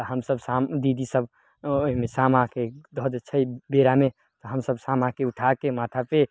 तऽ हमसभ शाम दीदी सभ ओइमे सामाके धऽ दै छै बेरामे हमसभ सामाके उठाके माथापर